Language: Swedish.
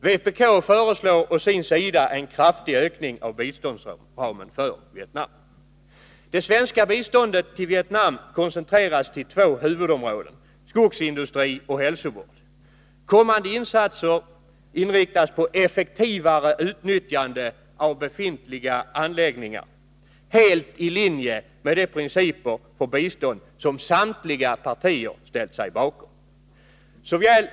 Vpk föreslår å sin sida en kraftig ökning av biståndsramen för Vietnam. Det svenska biståndet till Vietnam koncentreras till två huvudområden: skogsindustri och hälsovård. Kommande insatser inriktas på effektivare utnyttjande av befintliga anläggningar helt i linje med de principer för bistånd som samtliga partier ställt sig bakom.